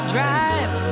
Drive